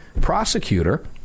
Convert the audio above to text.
prosecutor